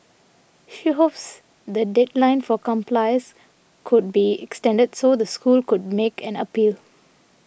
she hopes the deadline for compliance could be extended so the school could make an appeal